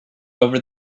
over